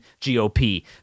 GOP